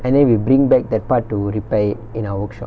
and then we bring back that part to repair it in our workshop